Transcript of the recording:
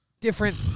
different